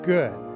Good